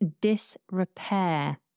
disrepair